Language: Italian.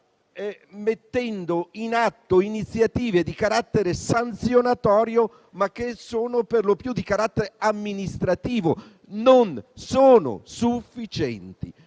Bergesio. Iniziative di carattere sanzionatorio, ma che sono per lo più di carattere amministrativo, non sono sufficienti.